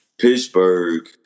Pittsburgh